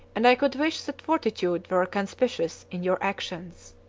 and i could wish that fortitude were conspicuous in your actions.